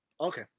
okay